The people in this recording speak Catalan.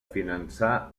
finançar